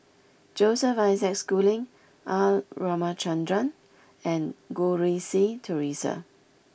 Joseph Isaac Schooling R Ramachandran and Goh Rui Si Theresa